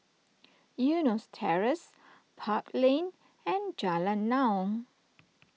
Eunos Terrace Park Lane and Jalan Naung